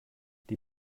die